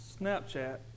Snapchat